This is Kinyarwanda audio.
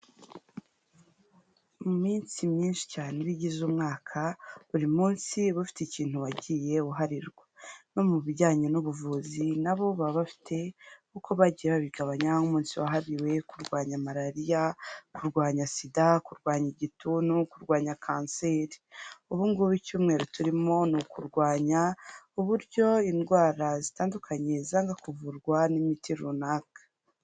Mu minsi myinshi cyane iba igize umwaka buri munsi uba ufite ikintu wagiye uharirwa, no mu bijyanye n'ubuvuzi na bo baba bafite uko bagiye babigabanya nk'umunsi waharibiwe kurwanya Malariya, kurwanya SIDA, kurwanya Igituntu, kurwanya Kanseri, ubu ngubu icyumweru turimo ni ukurwanya uburyo indwara zitandukanye zanga kuvurwa n'imiti runaka.